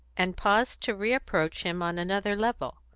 and paused to reapproach him on another level.